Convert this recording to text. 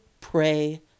pray